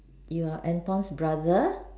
you're Anton's brother